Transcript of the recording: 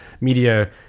Media